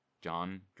John